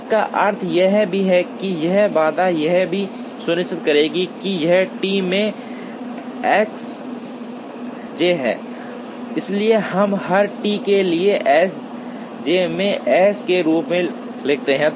इसका अर्थ यह भी है कि यह बाधा यह भी सुनिश्चित करेगी कि यह टी में एस जे है इसलिए हम हर टी के लिए एस जे में एस के रूप में लिखेंगे